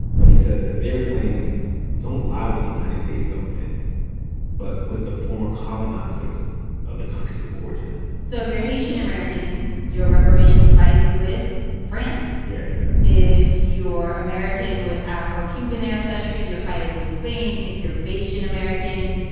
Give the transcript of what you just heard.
but he says that their claims don't lie with the united states government but with the former colonizers of the countries of origin so if you're haitian american, your reparations fight is with france yeah, exactly if you're american with afro cuban ancestry, you're fight is with spain if you're bajan and american,